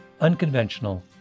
unconventional